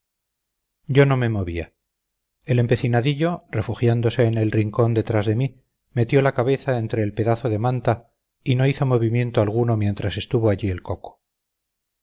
yo no me movía el empecinadillo refugiándose en el rincón detrás de mí metió la cabeza entre el pedazo de manta y no hizo movimiento alguno mientras estuvo allí el coco